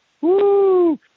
Woo